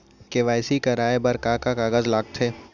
KYC कराये बर का का कागज लागथे?